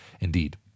indeed